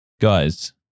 Guys